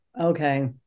Okay